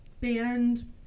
band